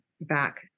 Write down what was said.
back